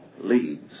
leads